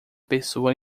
pessoa